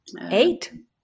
Eight